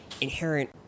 inherent